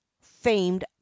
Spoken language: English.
famed